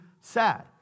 sad